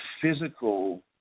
physical